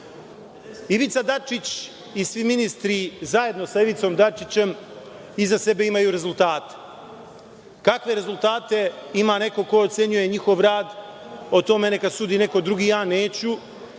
Dačić i svi ministri zajedno sa Ivicom Dačićem iza sebe imaju rezultate. Kakve rezultate ima neko ko ocenjuje njihov rad o tome neka sudi neko drugi, ja neću.